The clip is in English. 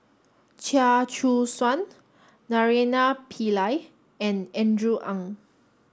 Chia Choo Suan Naraina Pillai and Andrew Ang